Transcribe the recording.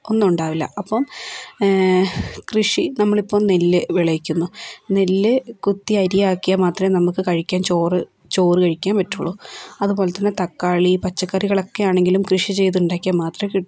ഒന്നും ഉണ്ടാവില്ല അപ്പം കൃഷി നമ്മളിപ്പം നെല്ല് വിളയിക്കുന്നു നെല്ല് കുത്തി അരിയാക്കിയാൽ മാത്രമേ നമുക്ക് കഴിക്കാൻ ചോറ് ചോറ് കഴിക്കാൻ പറ്റുള്ളൂ അതുപോലെത്തന്നെ തക്കാളി പച്ചക്കറികളൊക്കെയാണെങ്കിലും കൃഷി ചെു ഉണ്ടാക്കിയ മാത്രമേ